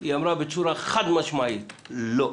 היא אמרה בצורה חד משמעית: לא,